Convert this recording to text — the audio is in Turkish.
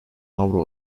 avro